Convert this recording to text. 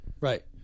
Right